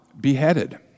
beheaded